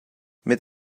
mit